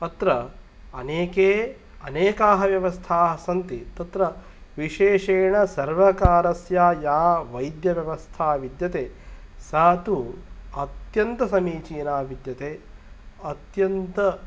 अत्र अनेके अनेकाः व्यवस्थाः सन्ति तत्र विशेषेण सर्वकारस्य या वैद्यव्यवस्था विद्यते सा तु अत्यन्तसमीचीना विद्यते अत्यन्त